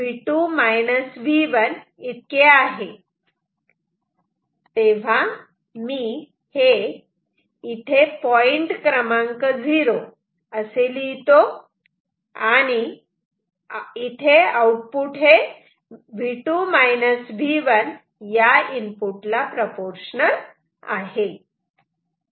तेव्हा मी हे इथे पॉईंट क्रमांक झिरो असे लिहितो आणि आउटपुट हे V2 V1 ला प्रपोर्शनल आहे